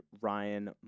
Ryan